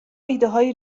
ایدههای